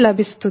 uలభిస్తుంది